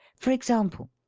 for example,